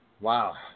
Wow